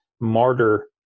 martyr